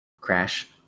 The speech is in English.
Crash